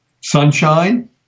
Sunshine